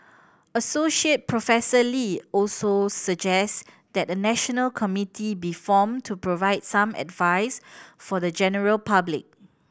Associate Professor Lee also suggests that a national committee be formed to provide some advice for the general public